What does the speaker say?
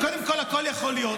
קודם כול, הכול יכול להיות.